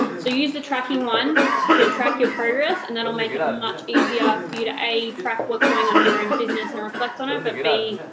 so use the tracking one to track your progress, and that'll make it much easier for you to a, track what's going on in your own business and reflect on it, but b,